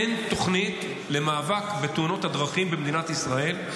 אין תוכנית למאבק בתאונות הדרכים במדינת ישראל.